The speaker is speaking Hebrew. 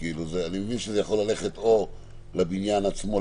אני מבין שזה יכול ללכת או לבניין עצמו,